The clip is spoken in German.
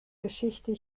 geschichte